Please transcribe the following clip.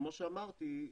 כמו שאמרתי,